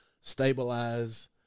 stabilize –